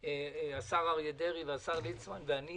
השר אריה דרעי והשר ליצמן ואני